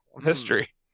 History